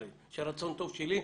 בסעיף.